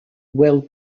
weil